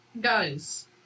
Guys